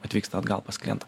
atvyksta atgal pas klientą